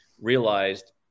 realized